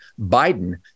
Biden